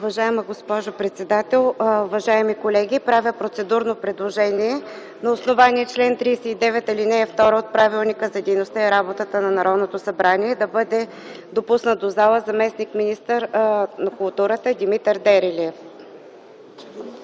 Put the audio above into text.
Уважаема госпожо председател, уважаеми колеги! Правя процедурно предложение на основание чл. 39, ал. 2 от Правилника за организацията и дейността на Народното събрание да бъде допуснат до залата заместник-министърът на културата Димитър Дерелиев.